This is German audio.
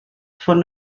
von